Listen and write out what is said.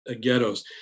ghettos